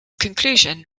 conclusion